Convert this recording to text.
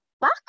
buck